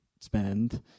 spend